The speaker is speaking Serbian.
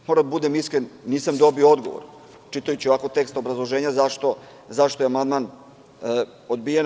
Moram da budem iskren, nisam dobio odgovor čitajući ovakav tekst obrazloženja zašto je amandman odbijen.